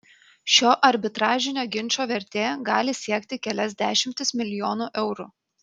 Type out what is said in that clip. šio arbitražinio ginčo vertė gali siekti kelias dešimtis milijonų eurų